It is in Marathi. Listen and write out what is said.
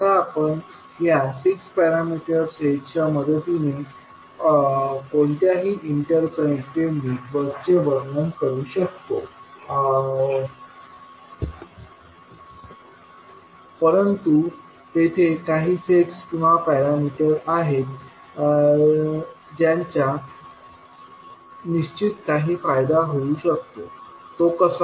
आता आपण या 6 पॅरामीटर सेटच्या मदतीने कोणत्याही इंटरकनेक्टेड नेटवर्कचे वर्णन करू शकतो परंतु तेथे काही सेट्स किंवा पॅरामीटर्स आहेत ज्यांचा निश्चितच काही फायदा होऊ शकतो तो कसा